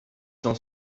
s’en